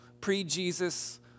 Pre-Jesus